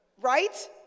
right